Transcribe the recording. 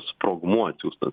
sprogmuo atsiųstas